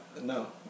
No